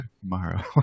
Tomorrow